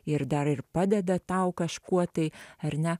ir dar ir padeda tau kažkuo tai ar ne